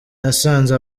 nasanze